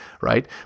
right